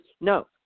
No